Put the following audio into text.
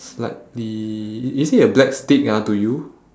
slightly is it a black stick ah to you